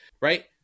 right